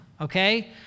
okay